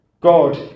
God